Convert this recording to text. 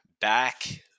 back